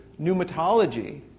pneumatology